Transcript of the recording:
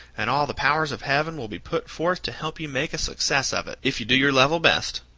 and all the powers of heaven will be put forth to help you make a success of it, if you do your level best.